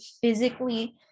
physically